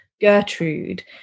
Gertrude